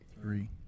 Three